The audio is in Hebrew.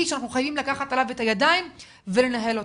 שאנחנו חייבים לקחת עליו את הידיים ולנהל אותו.